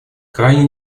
крайне